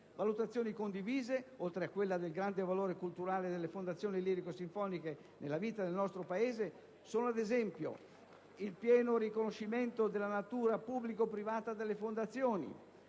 Valutazioni condivise, oltre a quella del grande valore culturale delle fondazioni lirico-sinfoniche nella vita del nostro Paese, sono, ad esempio, il pieno riconoscimento della natura pubblico-privata delle fondazioni;